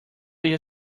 your